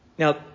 Now